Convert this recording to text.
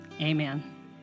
amen